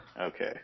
Okay